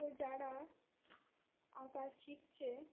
তো যারা আঁকা শিখছে